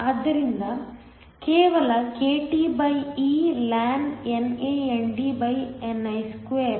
ಆದ್ದರಿಂದ ಕೇವಲ kTeln NANDni2